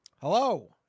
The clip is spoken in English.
Hello